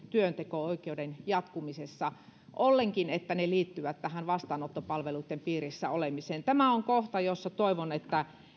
työnteko oikeuden jatkumisessa ollenkin että ne liittyvät tähän vastaanottopalveluitten piirissä olemiseen tämä on kohta jota toivon että